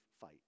fight